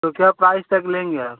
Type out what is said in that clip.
तो क्या प्राइज तक लेंगे आप